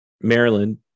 maryland